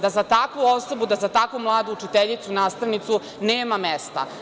Da za takvu osobu, takvu mladu učiteljicu, nastavnicu, nema mesta.